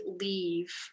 leave